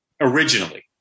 originally